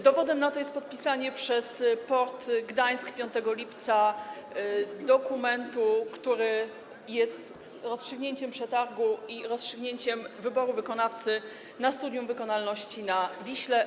Dowodem na to jest podpisanie przez port Gdańsk 5 lipca dokumentu, który jest rozstrzygnięciem przetargu i rozstrzygnięciem wyboru wykonawcy, jeśli chodzi o studium wykonalności na Wiśle.